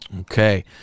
Okay